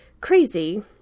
crazy